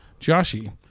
Joshi